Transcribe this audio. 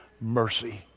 Mercy